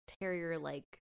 terrier-like